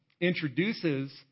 introduces